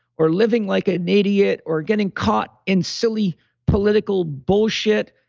or living like an idiot or getting caught in silly political bullshit,